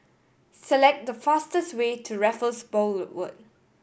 select the fastest way to Raffles Boulevard